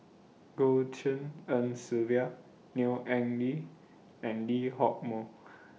Goh Tshin En Sylvia Neo Anngee and Lee Hock Moh